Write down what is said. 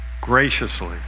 graciously